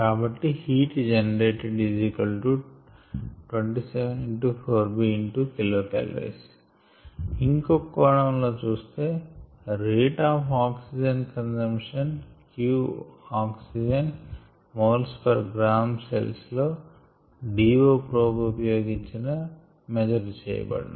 కాబట్టి heat generated 27 Kcal ఇంకొక కోణం లో చూస్తే రేట్ ఆఫ్ ఆక్సిజన్ కన్సంషన్ qO2మోల్స్ పర్ గ్రా సెల్స్ లో DO ప్రోబ్ ఉపయోగించివ్ మేజర్ చేయబడును